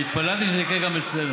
והתפללתי שזה יקרה גם אצלנו.